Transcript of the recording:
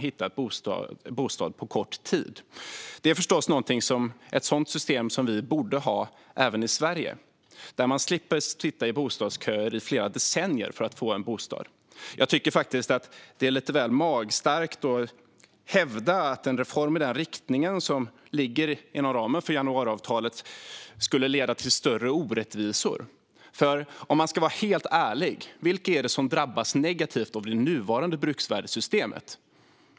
Vi borde förstås ha ett sådant system i Sverige så att man slipper stå i bostadskö i flera decennier för att få en bostad. Det är lite magstarkt att hävda att en reform i den riktning som ligger inom ramen för januariavtalet skulle leda till större orättvisor. Om vi ska vara helt ärliga, vilka är det som drabbas negativt av det nuvarande bruksvärdessystemet?